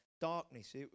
darkness